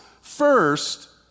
First